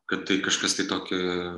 kad tai kažkas tai tokio